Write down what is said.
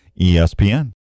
ESPN